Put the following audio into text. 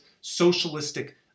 socialistic